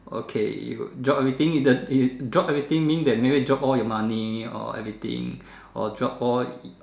okay you would drop everything you drop everything mean that maybe drop all your money or everything or drop all